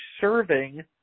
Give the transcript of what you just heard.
serving